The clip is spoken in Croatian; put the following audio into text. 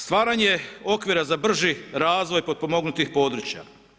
Stvaranje okvira za brži razvoj potpomognutih područja.